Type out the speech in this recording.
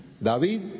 David